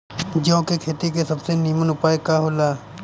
जौ के खेती के सबसे नीमन उपाय का हो ला?